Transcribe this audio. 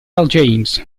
james